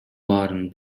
баарын